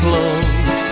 Close